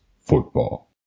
Football